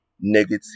negative